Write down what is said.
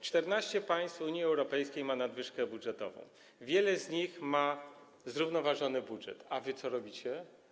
14 państw Unii Europejskiej ma nadwyżkę budżetową, wiele z nich ma zrównoważony budżet, a wy co robicie?